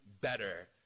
better